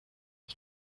wie